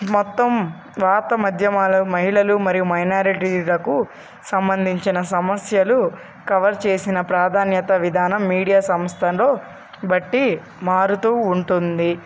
మొత్తం వార్త మధ్యమాల మహిళలు మరియు మైనారిటీలకు సంబంధించిన సమస్యలు కవర్ చేసిన ప్రాధాన్యత విధానం మీడియా సంస్థలో బట్టి మారుతూ ఉంటుంది